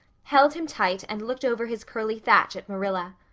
held him tight and looked over his curly thatch at marilla.